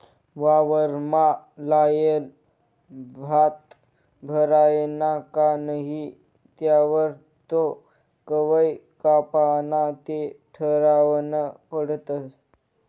वावरमा लायेल भात भरायना का नही त्यावर तो कवय कापाना ते ठरावनं पडस